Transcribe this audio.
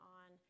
on